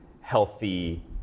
healthy